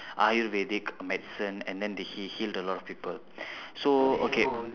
ayurvedic medicine and then he healed a lot of people so okay